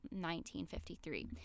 1953